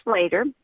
later